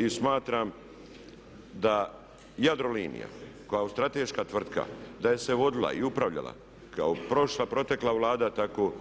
I smatram da Jadrolinija koja je strateška tvrtka, da je se vodila i upravljala kao prošla, protekla Vlada tako